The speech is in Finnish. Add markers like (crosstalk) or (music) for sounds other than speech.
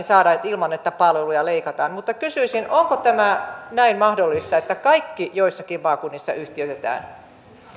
(unintelligible) saada ilman että palveluja leikataan mutta kysyisin onko tämä näin mahdollista että kaikki joissakin maakunnissa yhtiöitetään